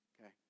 Okay